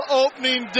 opening